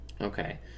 Okay